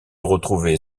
retrouvé